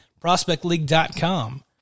prospectleague.com